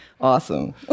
awesome